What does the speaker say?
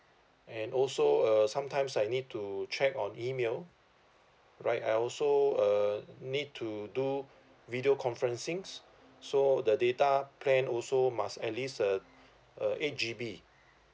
and also uh sometimes I need to check on email right I also uh need to do video conferencing so the data plan also must at least a a eight G_B